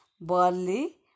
barley